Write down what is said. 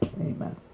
Amen